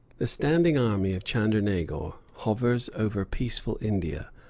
the standing army of chandernagor hovers over peaceful india,